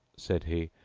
said he,